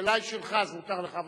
השאלה היא שלך, אז מותר לך.